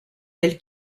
tels